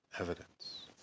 evidence